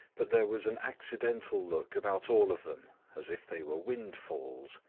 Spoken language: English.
but there was an accidental look about all of them as if they were windfalls,